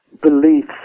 beliefs